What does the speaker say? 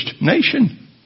nation